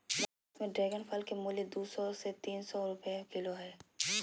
भारत में ड्रेगन फल के मूल्य दू सौ से तीन सौ रुपया किलो हइ